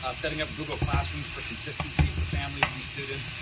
ah setting up google classrooms for consistency, for families and students,